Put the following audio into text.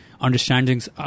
understandings